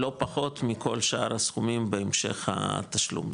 לא פחות מכל שאר הסכומים בהמשך התשלום,